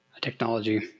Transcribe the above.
technology